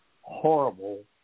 horrible